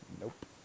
nope